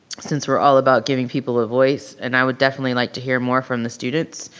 since we're all about giving people a voice and i would definitely like to hear more from the students.